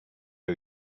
are